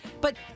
But-